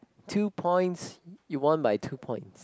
two points you won my two points